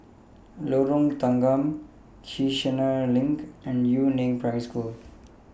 Lorong Tanggam Kiichener LINK and Yu Neng Primary School